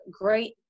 great